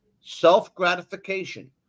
Self-gratification